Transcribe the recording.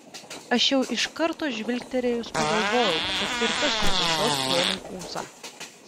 aš jau iš karto žvilgterėjus pagalvojau kad ir tas nupešios ponui ūsą